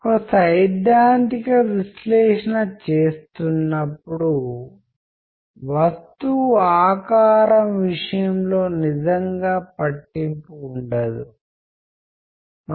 కాబట్టి మీరు విషయాలను సరళీకృతం చేయడానికి కమ్యూనికేషన్ను చేస్తున్నట్లయితే అది అస్సలు పని చేయలేదు కానీ ఒక రకంగా ఇది తెరపై ప్రదర్శించబడే అనంతమైన నమూనాను వివరిస్తుంది